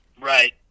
Right